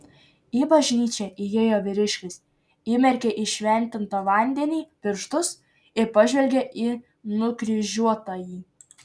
į bažnyčią įėjo vyriškis įmerkė į šventintą vandenį pirštus ir pažvelgė į nukryžiuotąjį